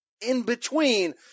in-between